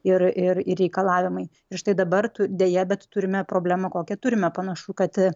ir ir ir reikalavimai ir štai dabar tu deja bet turime problemą kokią turime panašu kad